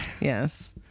Yes